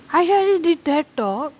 aishwarya did T_E_D talk